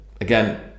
again